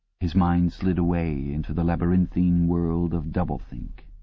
his mind slid away into the labyrinthine world of doublethink.